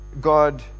God